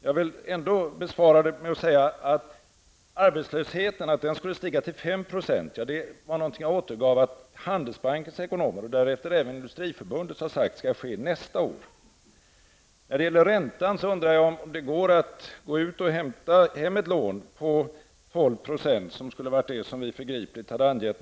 Jag vill ändå besvara med att säga att uppgiften att arbetslösheten skulle stiga till 5 % är en uppgift jag återgivit av vad Handelsbankens och Industriförbundets ekonomer sagt skall hända nästa år. När det gäller räntan undrar jag om det går att hämta hem ett lån utifrån med 12 %, vilket vi förgripligt skulle ha angett.